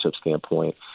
standpoint